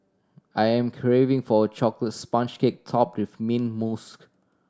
I am craving for a chocolate sponge cake top with mint mousse